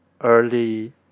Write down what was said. early